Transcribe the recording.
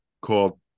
called